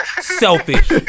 Selfish